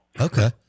Okay